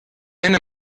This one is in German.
henne